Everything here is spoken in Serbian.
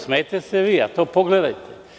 Smejte se vi, ali to pogledajte.